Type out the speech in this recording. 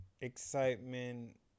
Excitement